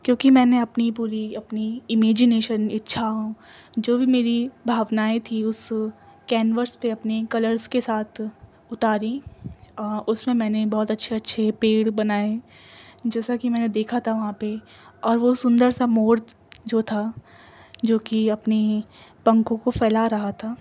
کیونکہ میں نے اپنی پوری اپنی امیجنیشن اچھاؤں جو بھی میری بھاونائیں تھی اس کینوس پہ اپنی کلرس کے ساتھ اتاریں اور اس میں میں نے بہت اچھے اچھے پیڑ بنائے جیسا کہ میں نے دیکھا تھا وہاں پہ اور وہ سندر سا مور جو تھا جو کہ اپنی پنکھوں کو پھیلا رہا تھا